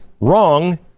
wrong